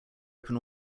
open